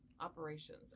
operations